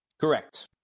Correct